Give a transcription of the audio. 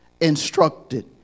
instructed